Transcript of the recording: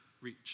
reach